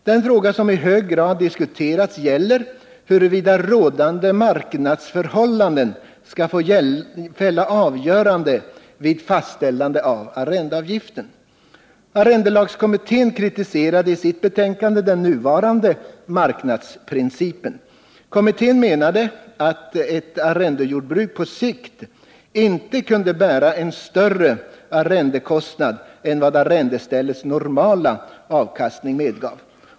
Den fråga som i hög grad diskuterats gäller huruvida rådande marknadsförhållanden skall få fälla avgörandet vid fastställande av arrendeavgiften. Arrendelagskommittén kritiserade i sitt betänkande den nuvarande marknadsprincipen. Kommittén menade att ett arrendejordbruk på sikt inte kunde bära en större arrendekostnad än vad arrendeställets normala avkastning medgav.